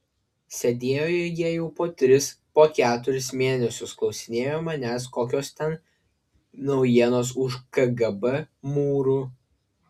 sėdėjo jie jau po tris po keturis mėnesius klausinėjo manęs kokios ten naujienos už kgb mūrų